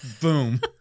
Boom